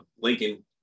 Lincoln